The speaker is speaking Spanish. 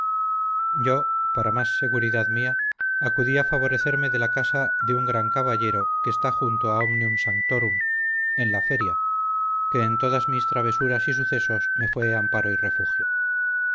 yo para más seguridad mía acudí a favorecerme de la casa de un gran caballero que está junto a omnium sanctorum en la feria que en todas mis travesuras y sucesos me fue amparo y refugio